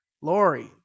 lori